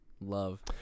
love